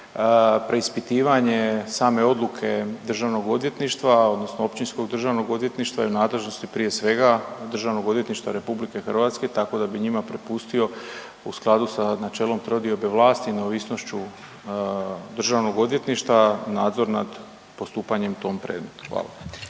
Preispitivanje same odluke Državnog odvjetništva odnosno Općinskog državnog odvjetništva je u nadležnosti prije svega Državnog odvjetništva RH, tako da bi njima prepustio u skladu sa načelom trodiobe vlasti i neovisnošću Državnog odvjetništva nadzor nad postupanjem u tom predmetu, hvala.